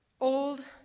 old